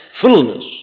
fullness